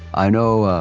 i know,